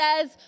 says